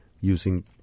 using